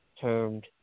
termed